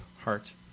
heart